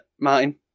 Martin